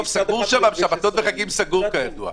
בשבתות וחגים סגור שם.